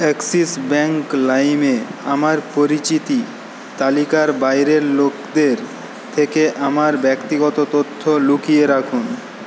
Axis bank লাইমে আমার পরিচিতি তালিকার বাইরের লোকদের থেকে আমার ব্যক্তিগত তথ্য লুকিয়ে রাখুন